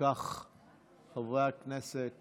חבר הכנסת